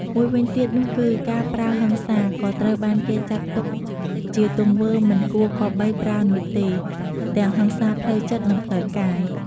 មួយវិញទៀតនោះគឺ ការប្រើហិង្សាក៏ត្រូវបានគេចាត់ទុកជាទង្វើមិនគួរគប្បីប្រើនោះទេ ទាំងហិង្សាផ្លូវចិត្តនិងផ្លូវកាយ។